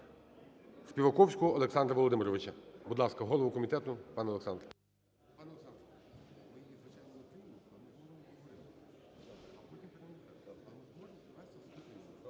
Співаковського Олександра Володимировича. Будь ласка, голову комітету пана Олександра.